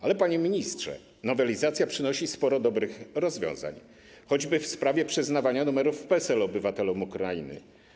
Ale, panie ministrze, nowelizacja przynosi sporo dobrych rozwiązań, choćby w sprawie przyznawania numerów PESEL obywatelom Ukrainy.